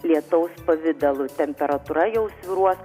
lietaus pavidalu temperatūra jau svyruos